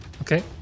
Okay